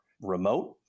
remote